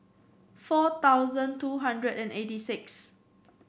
four thousand two hundred and eighty six